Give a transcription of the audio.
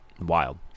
Wild